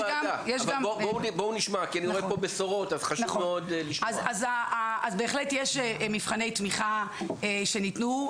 אז בהחלט יש מבחני תמיכה שניתנו.